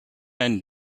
and